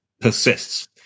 persists